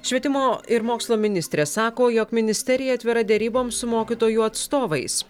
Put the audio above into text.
švietimo ir mokslo ministrė sako jog ministerija atvira deryboms su mokytojų atstovais